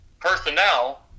personnel